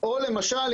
או למשל,